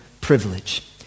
privilege